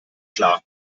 klar